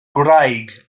gwraig